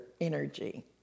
energy